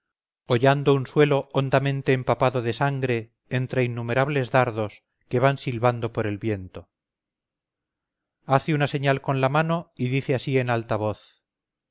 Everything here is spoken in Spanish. hollando un suelo hondamente empapado de sangre entre innumerables dardos que van silbando por el viento hace una señal con la mano y dice así en alta voz